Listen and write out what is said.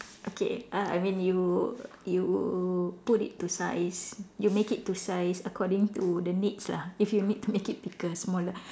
okay uh I mean you you put it to size you make it to size according to the needs lah if you need to make it bigger smaller